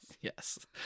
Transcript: Yes